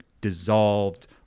dissolved